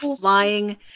flying